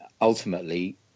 ultimately